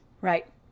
right